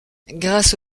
grâce